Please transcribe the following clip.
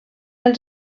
els